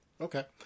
Okay